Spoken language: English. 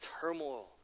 turmoil